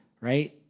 right